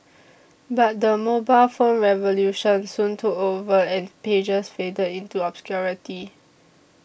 but the mobile phone revolution soon took over and pagers faded into obscurity